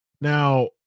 Now